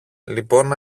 λοιπόν